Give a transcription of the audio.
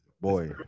Boy